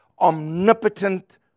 omnipotent